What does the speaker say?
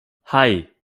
hei